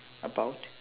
about